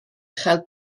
chael